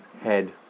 head